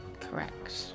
Correct